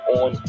on